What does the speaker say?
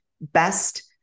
best